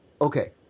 okay